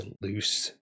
loose